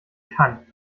kann